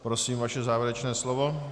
Prosím, vaše závěrečné slovo.